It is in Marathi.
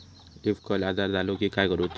लीफ कर्ल आजार झालो की काय करूच?